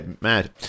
mad